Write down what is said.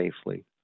safely